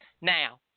Now